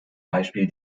beispiel